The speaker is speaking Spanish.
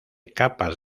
capas